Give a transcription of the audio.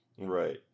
Right